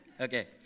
Okay